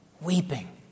weeping